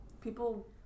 people